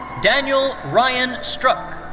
daniel ryan struk.